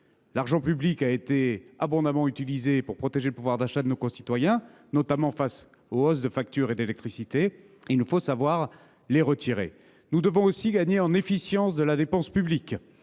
L’argent public a été abondamment utilisé pour protéger le pouvoir d’achat de nos concitoyens, notamment face aux hausses des factures d’électricité. Nous devons aussi faire gagner en efficience la dépense publique.